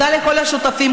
תודה לכל השותפים,